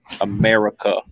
America